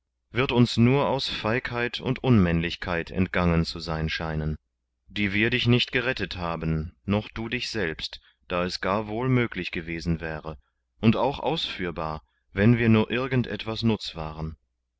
wild uns nur aus feigheit und unmännlichkeit entgangen zu sein scheinen daß wir dich nicht gerettet haben noch du dich selbst da es gar wohl möglich gewesen wäre und auch ausführbar wenn wir nur irgend etwas nutz waren